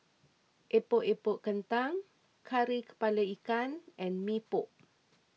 Epok Epok Kentang Kari Kepala Ikan and Mee Pok